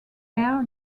air